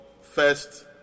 first